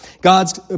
God's